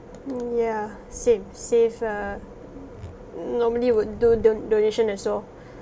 mm yeah same save err normally would do don~ donation as well